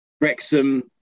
Wrexham